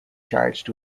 charged